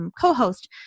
co-host